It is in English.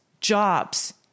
jobs